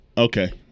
Okay